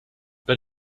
but